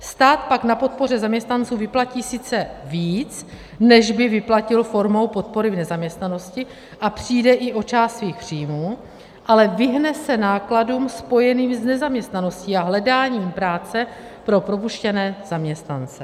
Stát pak na podpoře zaměstnanců vyplatí sice víc, než by vyplatil formou podpory v nezaměstnanosti, a přijde i o část svých příjmů, ale vyhne se nákladům spojeným s nezaměstnaností a hledáním práce pro propuštěné zaměstnance.